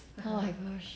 oh my gosh